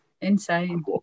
Insane